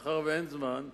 מאחר שאין זמן,